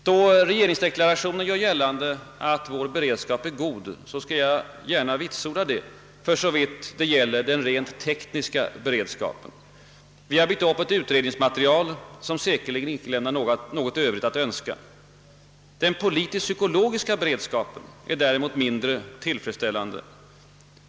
Då 'regeringsdeklarationen gör gällande att vår beredskap är god, skall jag gärna vitsorda det, för så vitt det gäller den rent tekniska beredskapen. Vi har byggt upp: ett utredningsmaterial som säkerligen inte lämnar något Övrigt att önska. Den politiskt-psykologiska beredskapen är däremot mindre tillfredsställande.